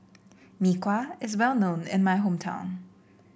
Mee Kuah is well known in my hometown